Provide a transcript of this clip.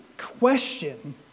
Question